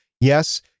Yes